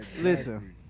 Listen